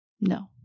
No